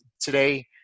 today